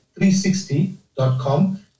360.com